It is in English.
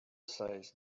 says